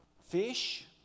fish